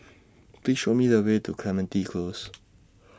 Please Show Me The Way to Clementi Close